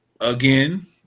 again